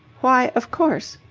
why, of course?